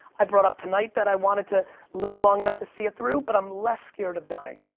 i brought up tonight that i wanted to live long enough to see it through but i'm less scared of dying,